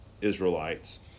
Israelites